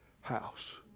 house